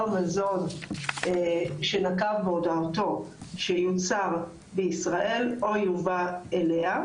מזון שנקב בהודעתו שיוצר בישראל או יובא אליה.